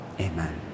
Amen